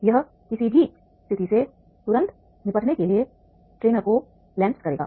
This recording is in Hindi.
यह किसी भी स्थिति से तुरंत निपटने के लिए ट्रेनर को लैस करेगा